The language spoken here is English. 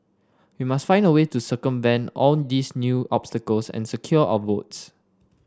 we must find a way to circumvent all these new obstacles and secure our votes